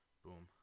boom